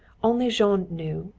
only jean knew,